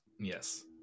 Yes